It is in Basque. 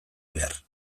behar